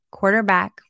Quarterback